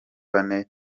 bane